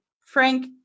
Frank